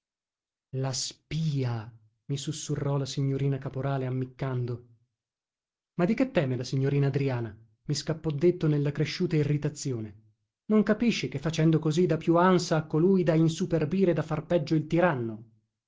la spia mi susurrò la signorina caporale ammiccando ma di che teme la signorina adriana mi scappò detto nella cresciuta irritazione non capisce che facendo così dà più ansa a colui da insuperbire e da far peggio il tiranno